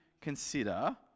consider